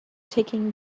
taking